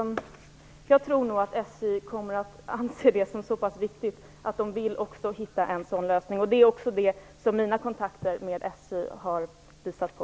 Jag tror nog att SJ kommer att anse det som så pass viktigt att det också vill hitta en sådan lösning. Det är också det som mina kontakter med SJ har visat på.